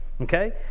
okay